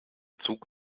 zug